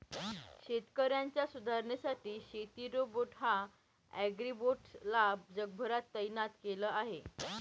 शेतकऱ्यांच्या सुधारणेसाठी शेती रोबोट या ॲग्रीबोट्स ला जगभरात तैनात केल आहे